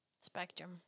Spectrum